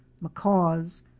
macaws